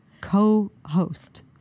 co-host